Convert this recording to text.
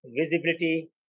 visibility